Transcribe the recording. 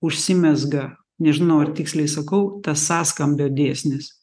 užsimezga nežinau ar tiksliai sakau tas sąskambio dėsnis